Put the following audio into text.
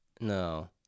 No